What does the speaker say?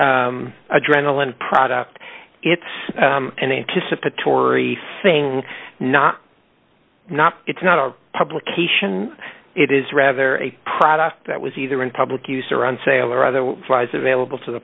adrenaline product it's an anticipatory thing not not it's not a publication it is rather a product that was either in public use or on sale or otherwise available to the